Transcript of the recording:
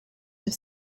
have